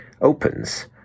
opens